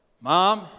Mom